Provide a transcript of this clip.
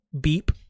beep